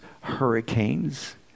hurricanes